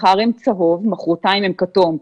מחר הם צהוב, מחרתיים הם כתום.